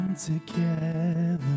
Together